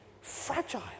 fragile